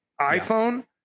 iphone